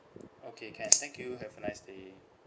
okay can thank you have a nice day